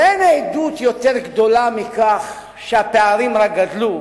אין עדות יותר גדולה מזה שהפערים רק גדלו,